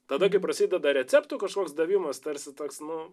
tada prasideda receptų kažkoks davimas tarsi toks nu